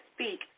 speak